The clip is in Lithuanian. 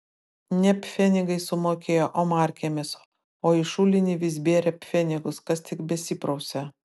ne pfenigais sumokėjo o markėmis o į šulinį vis bėrė pfenigus kas tik besiprausė